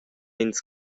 ins